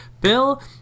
Bill